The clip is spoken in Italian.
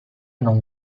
non